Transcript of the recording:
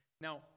Now